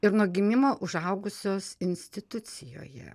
ir nuo gimimo užaugusios institucijoje